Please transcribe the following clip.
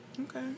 Okay